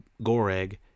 Goreg